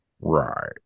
Right